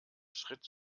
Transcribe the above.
schritt